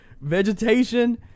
vegetation